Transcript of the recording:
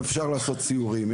אפשר לעשות סיורים,